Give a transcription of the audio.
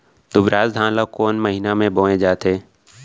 दुबराज धान ला कोन महीना में बोये जाथे?